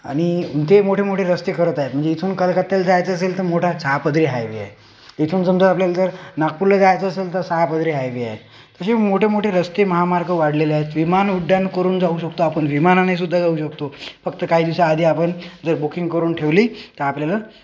आणि ते मोठेमोठे रस्ते करत आहे म्हणजे इथून कलकत्त्याला जायचं असेल तर मोठा सहा पदरी हायवे आहे इथून समजा आपल्याला जर नागपूरला जायचं असेल तर सहा पदरी हायवे आहे तर हे मोठेमोठे रस्ते महामार्ग वाढलेले आहेत विमान उड्डाण करून जाऊ शकतो आपण विमानाने सुद्धा जाऊ शकतो फक्त काही दिवसाआधी आपण जर बुकिंग करून ठेवली तर आपल्याला